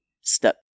step